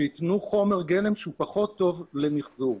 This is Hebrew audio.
שייתנו חומר גלם שהוא פחות טוב למחזור.